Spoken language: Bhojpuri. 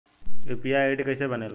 यू.पी.आई आई.डी कैसे बनेला?